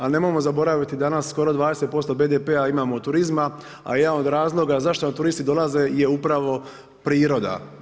Ali, nemojmo zaboraviti, danas, skoro 20% BDP-a imamo od turizma, a jedan od razloga, zašto nam turisti dolaze, je upravo priroda.